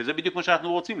וזה מה שאנחנו רוצים,